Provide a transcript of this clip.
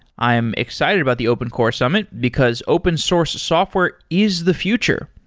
i am excited about the open core summit, because open source software is the future.